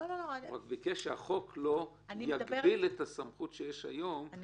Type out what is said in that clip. הוא רק ביקש שהחוק לא יגביל את הסמכות שיש היום לבית הדין.